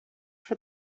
for